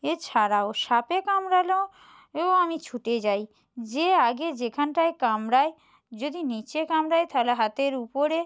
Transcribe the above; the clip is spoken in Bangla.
এছাড়াও সাপে কামড়ালেও এও আমি ছুটে যাই যেয়ে আগে যেখানটায় কামড়ায় যদি নীচে কামড়ায় তাহলে হাতের উপরে